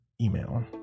email